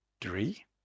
Three